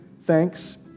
thanks